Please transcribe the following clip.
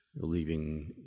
leaving